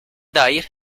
dair